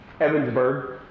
Evansburg